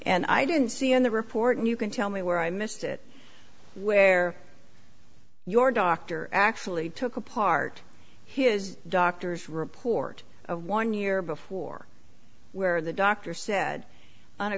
and i didn't see in the report and you can tell me where i missed it where your doctor actually took apart his doctor's report one year before where the doctor said